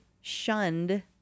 shunned